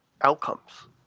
outcomes